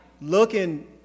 looking